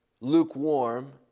lukewarm